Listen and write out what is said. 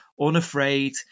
unafraid